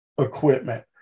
equipment